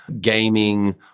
gaming